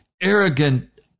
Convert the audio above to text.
arrogant